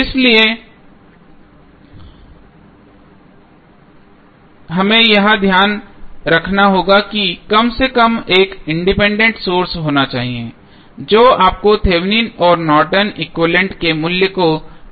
इसलिए हमें यह ध्यान रखना होगा कि कम से कम एक इंडिपेंडेंट सोर्स होना चाहिए जो आपको थेवेनिन और Norton equivalent Thevenins and Nortons equivalent के मूल्य को